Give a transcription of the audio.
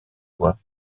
voie